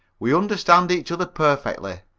we understand each other perfectly.